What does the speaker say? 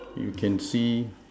you can see